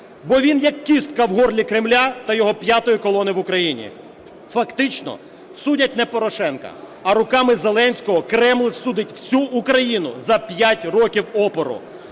Бо він як кістка в горлі Кремля та його п'ятої колони в Україні. Фактично судять не Порошенка, а руками Зеленського Кремль судить всю Україну за 5 років опору.